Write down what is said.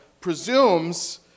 presumes